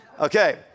Okay